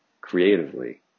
creatively